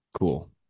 Cool